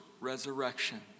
resurrection